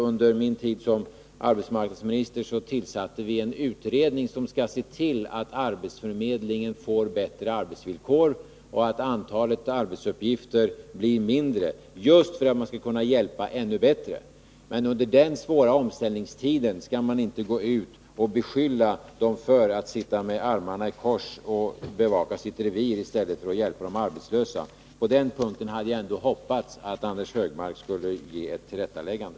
Under min tid som arbetsmarknadsminister tillsatte vi en utredning som skall se till att arbetsförmedlingen får bättre arbetsvillkor och att antalet arbetsuppgifter blir mindre, just för att man skall kunna hjälpa ännu bättre. Under den svåra omställningstiden skall man inte gå ut och beskylla personalen på arbetsförmedlingen för att sitta med armarna i kors och bevaka sitt revir i stället för att hjälpa de arbetslösa. På den punkten hade jag hoppats att Anders Högmark skulle göra ett tillrättaläggande.